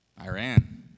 Iran